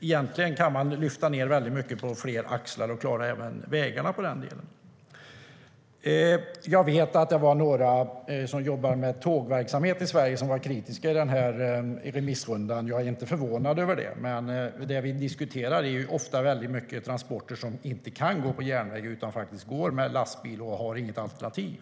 Egentligen kan man lyfta ned väldigt mycket på fler axlar och klara även vägarna i den delen. Jag vet att det var några som jobbar med tågverksamhet i Sverige som var kritiska i denna remissrunda. Jag är inte förvånad över det. Men det som vi diskuterar är ofta många transporter som inte kan gå på järnväg utan som går med lastbil och inte har något alternativ.